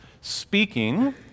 speaking